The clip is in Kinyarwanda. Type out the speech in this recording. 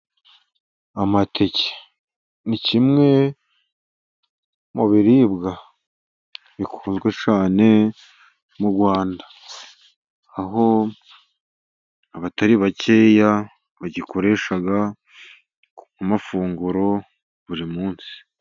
Amateke ni kimwe mu biribwa bikunzwe cyane mu Rwanda, aho abatari bakeya bagikoresha mu mafunguro ya buri munsi.